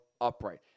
upright